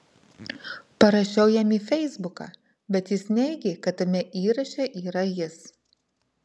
parašiau jam į feisbuką bet jis neigė kad tame įraše yra jis